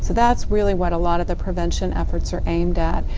that's really what a lot of the prevention efforts are aimed at,